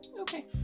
okay